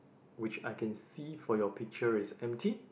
which I can see for your picture is empty